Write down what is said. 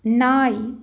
நாய்